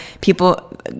people